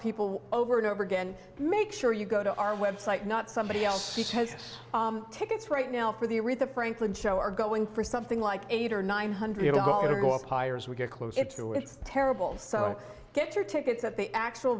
people over and over again make sure you go to our website not somebody else has tickets right now for the aretha franklin show are going for something like eight or nine hundred dollars go up higher as we get closer to it's terrible so get your tickets at the actual